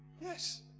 Yes